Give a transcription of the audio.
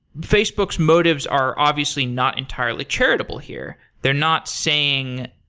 facebook's motives are obviously not entirely charitable here. they're not saying,